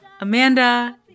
Amanda